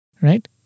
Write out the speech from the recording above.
Right